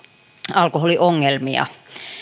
alkoholiongelmia